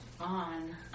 on